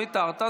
ויתרת,